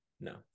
No